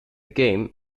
game